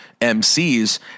MCs